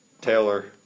Taylor